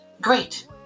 Great